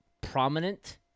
prominent